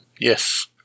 Yes